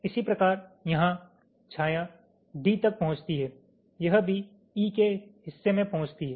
इसी प्रकार यहाँ छाया D तक पहुँचती है यह भी E के हिस्से में पहुँचती है